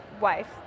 wife